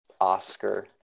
Oscar